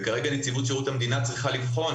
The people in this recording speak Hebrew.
וכרגע נציבות שירות המדינה צריכה לבחון